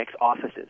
offices